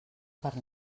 per